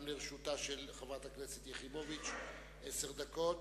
גם לרשותה של חברת הכנסת יחימוביץ עשר דקות.